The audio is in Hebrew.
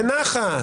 -- בנחת.